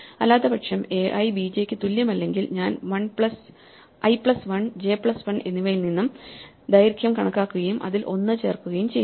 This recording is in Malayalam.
അല്ലാത്തപക്ഷം a i bj ക്ക് തുല്യമല്ലെങ്കിൽ ഞാൻ i പ്ലസ് 1 j പ്ലസ് 1 എന്നിവയിൽ നിന്നും ദൈർഘ്യം കണക്കാക്കുകയും അതിൽ 1 ചേർക്കുകയും ചെയ്യുന്നു